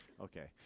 okay